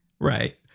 right